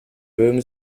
böhm